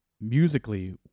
musically